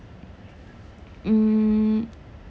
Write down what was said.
mm